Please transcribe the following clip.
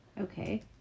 Okay